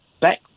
back